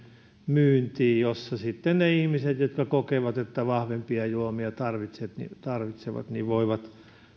myyntiin joista sitten ne ihmiset jotka kokevat että vahvempia juomia tarvitsevat voivat